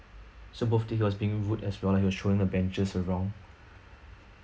so both of them were being rude as well and were throwing the benches around